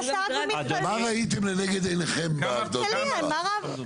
תלוי איזה, תלוי במדרג שלו.